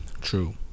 True